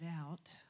out